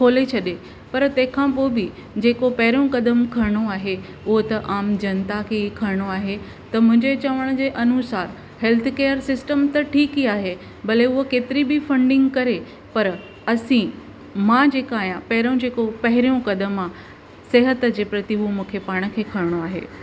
खोले छॾे पर तंहिंखां पोइ बि जेको पहिरों कदम खणणो आहे हूअ त आम जनता खे ई खणणो आहे त मुंहिंजे चवण जे अनुसार हेल्थकेअर सिस्टम त ठीक ई आहे भले हूअ केतिरी बि फंडिंग करे पर असी मां जेका आहियां पहिरों जेको पहिरियों क़दम ख़े सिहत जे प्रति उहो मूंखे पाण खे खणणो आहे